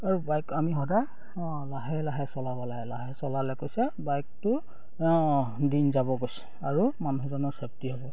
আৰু বাইক আমি সদায় অ লাহে লাহে চলাব লাগে লাহে চলালে কৈছে বাইকটো অ দিন যাব কৈছে আৰু মানুহজনৰ ছেফটি হ'ব